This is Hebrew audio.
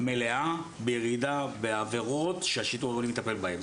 מלאה בירידה בעבירות שהשיטור העירוני מטפל בהן.